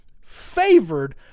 favored